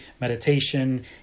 meditation